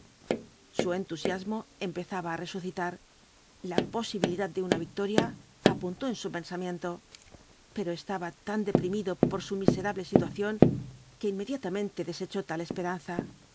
su entusiasmo empezaba á resucitar la posibilidad de una victoria apuntó en su pensamiento pero estaba tan deprimido por su miserable situación que inmediatamente desechó tal esperanza